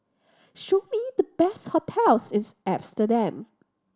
show me the best hotels in Amsterdam